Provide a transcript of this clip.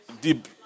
deep